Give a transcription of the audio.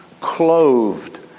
clothed